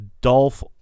Dolph